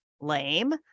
lame